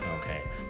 Okay